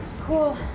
Cool